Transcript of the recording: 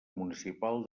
municipal